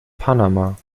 panama